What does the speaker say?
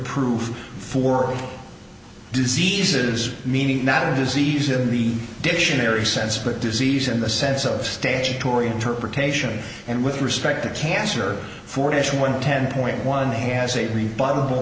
proof for diseases meaning not a disease in the dictionary sense but disease in the sense of statutory interpretation and with respect to cancer for this one ten point one has a re